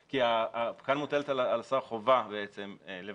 כאן מוטלת על השר חובה לבטל.